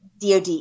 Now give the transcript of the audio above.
DOD